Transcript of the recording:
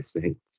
saints